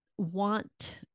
want